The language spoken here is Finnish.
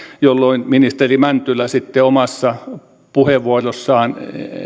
jolloin ministeri mäntylä sitten omassa puheenvuorossaan